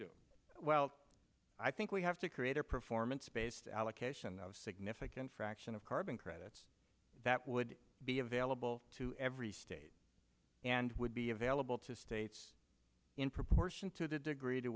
do well i think we have to create a performance based allocation of significant fraction of carbon credits that would be available to every state and would be available to states in proportion to the degree to